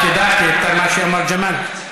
את יודעת את מה שאמר ג'מאל?